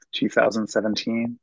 2017